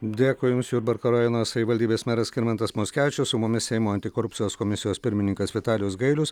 dėkui jums jurbarko rajono savivaldybės meras skirmantas mockevičius su mumis seimo antikorupcijos komisijos pirmininkas vitalijus gailius